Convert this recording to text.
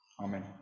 Amen